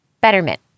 Betterment